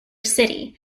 city